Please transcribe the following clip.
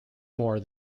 more